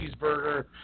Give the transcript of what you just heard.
cheeseburger